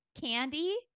Candy